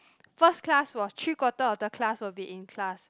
first class was three quarter of the class will be in class